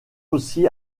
aussi